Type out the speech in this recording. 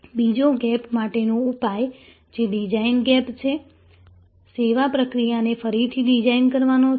બીજા ગેપ માટેનો ઉપાય જે ડિઝાઇન ગેપ છે સેવા પ્રક્રિયાને ફરીથી ડિઝાઇન કરવાનો છે